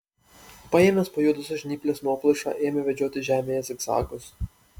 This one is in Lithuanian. paėmęs pajuodusios žnyplės nuoplaišą ėmė vedžioti žemėje zigzagus